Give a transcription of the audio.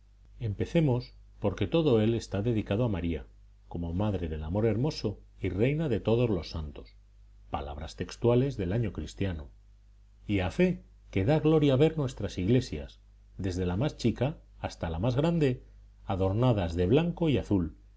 empecemos porque todo él está dedicado a maría como madre del amor hermoso y reina de todos los santos palabras textuales del año cristiano y a fe que da gloria ver nuestras iglesias desde la más chica hasta la más grande adornadas de blanco y azul